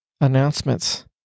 announcements